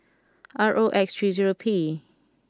R O X three zero P